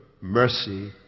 mercy